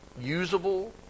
usable